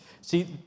See